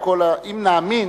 אם נאמין,